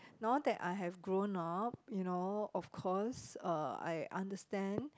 now that I have grown up you know of course uh I understand